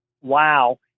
wow